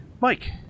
Mike